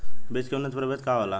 बीज के उन्नत प्रभेद का होला?